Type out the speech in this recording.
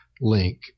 link